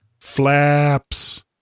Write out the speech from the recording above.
Flaps